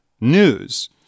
news